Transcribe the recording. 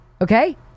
okay